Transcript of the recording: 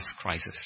crisis